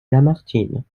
lamartine